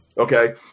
Okay